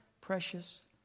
precious